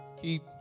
keep